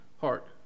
heart